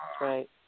right